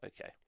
okay